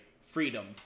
Freedom